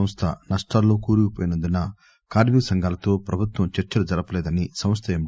సంస్థ నష్టాల్లో కూరుకుపోయి వున్న ందున కార్సి క సంఘాలతో ప్రభుత్వం చర్చలు జరపలేదని సంస్థ ఎం